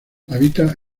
habita